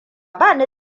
bani